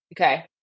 Okay